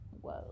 Whoa